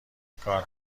کار